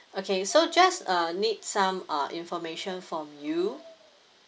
okay so just uh need some uh information from you